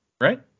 Right